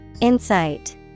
Insight